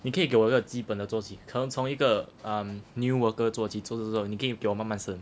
你可以给我一个基本的做起可能从一个 um new worker 做起做做做你可以给我慢慢升